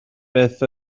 beth